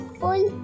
full